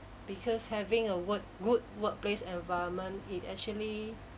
because having a work good workplace environment it actually